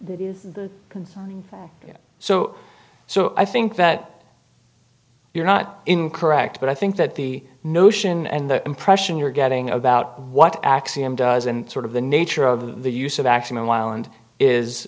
that is the concern in fact so so i think that you're not incorrect but i think that the notion and the impression you're getting about what axiom does and sort of the nature of the use of action while and